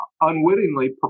unwittingly